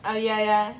ah ya ya